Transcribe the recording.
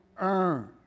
earn